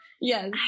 yes